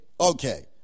okay